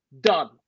Done